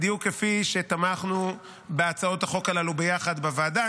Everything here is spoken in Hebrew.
בדיוק כפי שתמכנו בהצעות החוק הללו ביחד בוועדה.